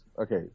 Okay